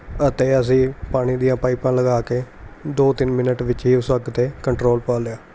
ਅਤੇ ਅਸੀਂ ਪਾਣੀ ਦੀਆਂ ਪਾਈਪਾਂ ਲਗਾ ਕੇ ਦੋ ਤਿੰਨ ਮਿੰਟ ਵਿੱਚ ਹੀ ਉਸ ਅੱਗ 'ਤੇ ਕੰਟਰੋਲ ਪਾ ਲਿਆ